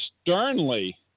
sternly